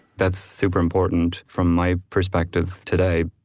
that's super important from my perspective today